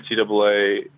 NCAA